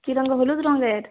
কী রঙের হলুদ রঙের